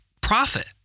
profit